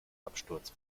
absturz